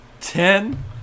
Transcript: ten